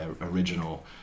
original